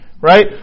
Right